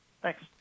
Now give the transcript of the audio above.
thanks